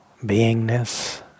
beingness